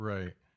Right